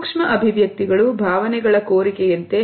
ಸೂಕ್ಷ್ಮ ಅಭಿವ್ಯಕ್ತಿಗಳು ಭಾವನೆಗಳ ಕೋರಿಕೆಯಂತೆ